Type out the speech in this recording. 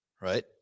right